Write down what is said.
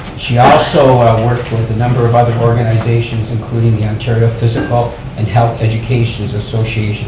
she also worked with a number of other organizations, including the ontario physical and health educations associations